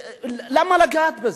למה לגעת בזה?